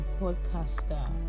podcaster